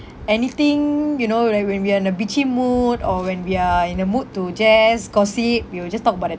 anything you know like when we are in a bitchy mood or when we are in a mood to just gossip we will just talk about that